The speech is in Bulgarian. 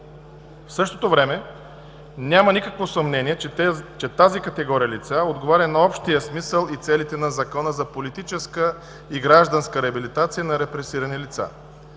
В същото време няма никакво съмнение, че тази категория лица отговаря на общия смисъл и целите на Закона за политическа и гражданска реабилитация на репресирани лица.